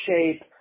shape